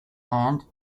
hand